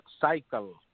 cycle